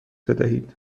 بدهید